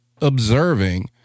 observing